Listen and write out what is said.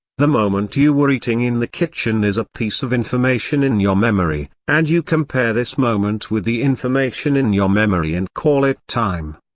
the moment you were eating in the kitchen is a piece of information in your memory, and you compare this moment with the information in your memory and call it time.